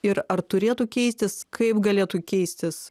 ir ar turėtų keistis kaip galėtų keistis